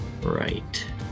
right